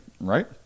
right